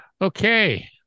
Okay